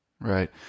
right